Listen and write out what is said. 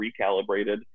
recalibrated